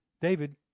David